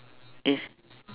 it's